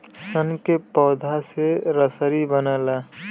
सन के पौधा से रसरी बनला